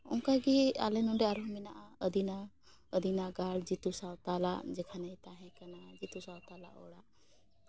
ᱚᱱᱠᱟ ᱜᱮ ᱟᱞᱮ ᱱᱚᱸᱰᱮ ᱟᱨᱦᱚᱸ ᱢᱮᱢᱮᱱᱟᱜᱼᱟ ᱟᱹᱫᱤᱱᱟ ᱟᱹᱫᱤᱱᱟ ᱜᱟᱲ ᱡᱤᱛᱩ ᱥᱟᱶᱛᱟᱞᱟᱜ ᱡᱮᱠᱷᱟᱱᱮᱭ ᱛᱟᱦᱮᱸᱠᱟᱱᱟ ᱡᱤᱛᱩ ᱥᱟᱶᱛᱟᱞᱟᱜ ᱚᱲᱟᱜ